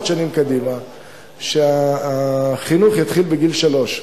שנים קדימה שהחינוך יתחיל בגיל שלוש,